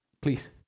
please